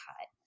cut